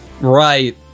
Right